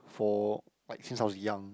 for like since I was young